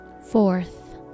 fourth